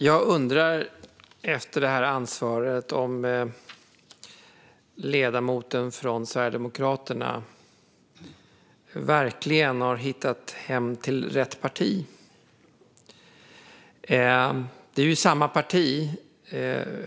Herr talman! Efter detta anförande undrar jag om ledamoten från Sverigedemokraterna verkligen har hittat hem till rätt parti.